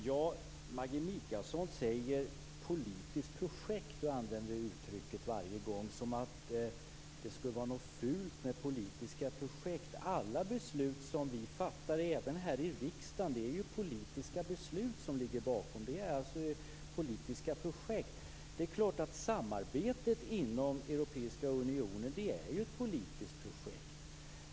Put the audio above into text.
Fru talman! Maggi Mikaelsson använder varje gång uttrycket politiskt projekt, som om det skulle vara något fult. Alla beslut som vi fattar här i riksdagen är politiska beslut. De är politiska projekt. Samarbetet inom Europeiska unionen är ett politiskt projekt.